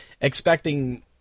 expecting